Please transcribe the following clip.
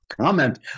comment